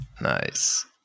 Nice